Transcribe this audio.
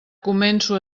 començo